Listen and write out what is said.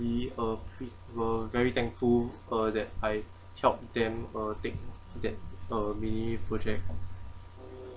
uh were very thankful uh that I helped them uh take that uh mini project